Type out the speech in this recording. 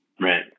right